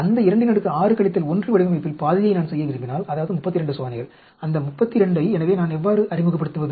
அந்த 26 1 வடிவமைப்பில் பாதியை நான் செய்ய விரும்பினால் அதாவது 32 சோதனைகள் எனவே அந்த 32 ஐ நான் எவ்வாறு அறிமுகப்படுத்துவது